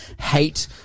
hate